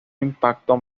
impacto